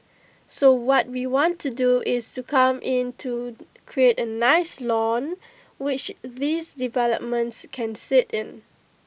so what we want to do is to come in to create A nice lawn which these developments can sit in